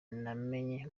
namenye